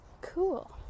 Cool